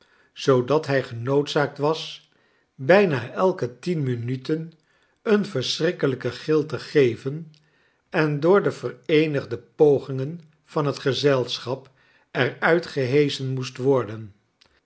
zoodat hij genoodzaakt was bijna elke tien minuten een verschrikkelijken gil te geven en door de vereenigde pogingen van het gezelschap er uit geheschen moest worden